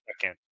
second